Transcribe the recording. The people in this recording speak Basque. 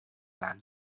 lan